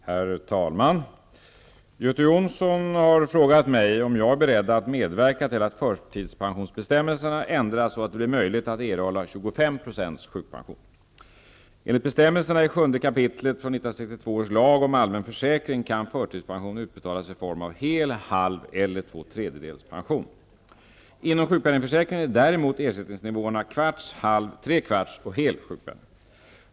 Herr talman! Göte Jonsson har frågat mig om jag är beredd att medverka till att förtidspensionsbestämmelserna ändras så att det blir möjligt att erhålla 25 % sjukpension. om allmän försäkring kan förtidspension utbetalas i form av hel, halv eller två tredjedels pension. Inom sjukpenningförsäkringen är däremot ersättningsnivåerna kvarts, halv, tre kvarts och hel sjukpenning.